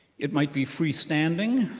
it might be freestanding,